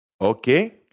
Okay